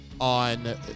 on